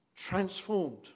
transformed